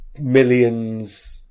millions